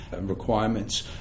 requirements